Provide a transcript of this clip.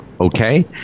Okay